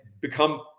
become